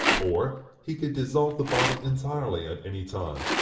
or he could dissolve the body entirely at any time,